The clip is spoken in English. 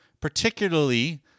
particularly